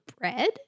bread